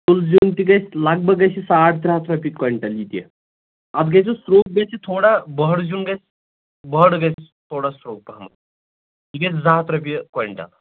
کُل زِیُن تہِ گژھِ لگ بگ گژھِ یہِ ساڑ ترٛےٚ ہتھ رۄپیہِ کۄینٛٹل یہِ تہِ اکھ گژھوٕ سرٛۅگ بیٚیہِ چھُ تھوڑا بۄہڑٕ زِیُن گژھِ بۄہڑٕ گژھِ تھوڑا سرٛۅگ پہم یہِ گژھِ زٕ ہتھ رۄپیہِ کۄینٛٹل